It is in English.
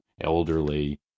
elderly